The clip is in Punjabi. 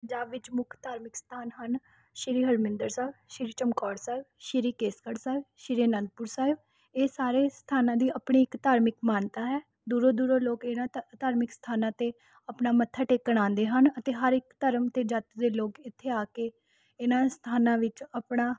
ਪੰਜਾਬ ਵਿੱਚ ਮੁੱਖ ਧਾਰਮਿਕ ਸਥਾਨ ਹਨ ਸ੍ਰੀ ਹਰਿਮੰਦਰ ਸਾਹਿਬ ਸ੍ਰੀ ਚਮਕੌਰ ਸਾਹਿਬ ਸ੍ਰੀ ਕੇਸਗੜ੍ਹ ਸਾਹਿਬ ਸ੍ਰੀ ਅਨੰਦਪੁਰ ਸਾਹਿਬ ਇਹ ਸਾਰੇ ਸਥਾਨਾਂ ਦੀ ਆਪਣੀ ਇਕ ਧਾਰਮਿਕ ਮਾਨਤਾ ਹੈ ਦੂਰੋਂ ਦੂਰੋਂ ਲੋਕ ਇਨ੍ਹਾਂ ਧਰ ਧਾਰਮਿਕ ਸਥਾਨਾਂ 'ਤੇ ਆਪਣਾ ਮੱਥਾ ਟੇਕਣ ਆਉਂਦੇ ਹਨ ਅਤੇ ਹਰ ਇੱਕ ਧਰਮ ਅਤੇ ਜਾਤੀ ਦੇ ਲੋਕ ਇੱਥੇ ਆ ਕੇ ਇਨ੍ਹਾਂ ਸਥਾਨਾਂ ਵਿੱਚ ਆਪਣਾ